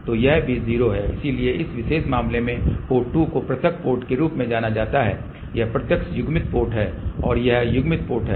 तो यह भी 0 है इसलिए इस विशेष मामले में पोर्ट 2 को पृथक पोर्ट के रूप में जाना जाता है यह प्रत्यक्ष युग्मित पोर्ट है और यह युग्मित पोर्ट है